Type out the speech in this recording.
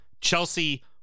Chelsea